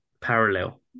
parallel